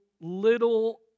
little